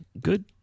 good